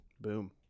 Boom